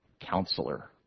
counselor